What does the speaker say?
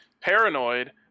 paranoid –